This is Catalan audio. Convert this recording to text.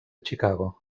chicago